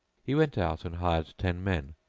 he went out and hired ten men,